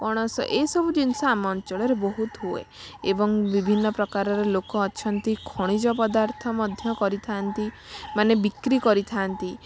ପଣସ ଏଇସବୁ ଜିନିଷ ଆମ ଅଞ୍ଚଳରେ ବହୁତ ହୁଏ ଏବଂ ବିଭିନ୍ନ ପ୍ରକାରର ଲୋକ ଅଛନ୍ତି ଖଣିଜ ପଦାର୍ଥ ମଧ୍ୟ କରିଥାନ୍ତି ମାନେ ବିକ୍ରି କରିଥାନ୍ତି